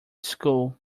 school